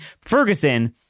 Ferguson